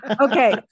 Okay